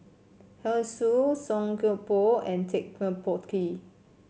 Hoey Choo Song Koon Poh and Ted De Ponti